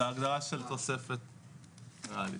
בהגדרה של התוספת הריאלית.